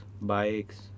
Bikes